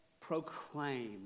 proclaim